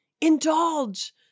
Indulge